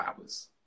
hours